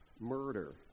murder